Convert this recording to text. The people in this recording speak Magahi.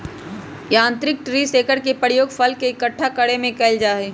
यांत्रिक ट्री शेकर के प्रयोग फल के इक्कठा करे में कइल जाहई